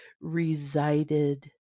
resided